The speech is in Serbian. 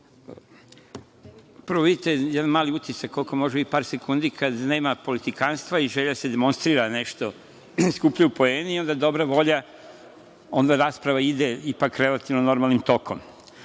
vidite jedan mali utisak koliko može u ovih par sekundi kad nema politikanstva i želje da se demonstrira nešto i skupljaju poeni, onda rasprava ide ipak relativno normalnim tokom.